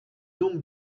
donc